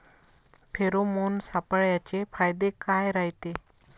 Pheromone सापळ्याचे फायदे काय रायते?